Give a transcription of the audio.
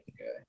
okay